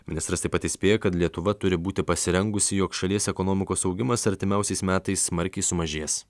ministras taip pat įspėja kad lietuva turi būti pasirengusi jog šalies ekonomikos augimas artimiausiais metais smarkiai sumažės